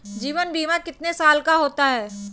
जीवन बीमा कितने साल का होता है?